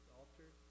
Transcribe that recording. altar